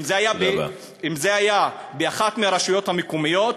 אם זה היה באחת הרשויות המקומיות,